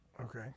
Okay